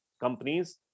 companies